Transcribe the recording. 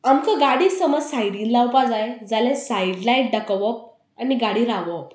आमकां गाडी समज सायडी लावपा जाय जाल्या सायड लायट दाखोवप आनी गाडी रावोवप